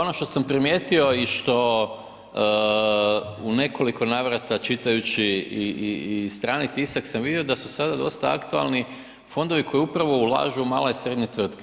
Ono što sam primijetio i što u nekoliko navrata čitajući i strani tisak sam vidio da su sada dosta aktualni fondovi koji upravo ulažu male i srednje tvrtke.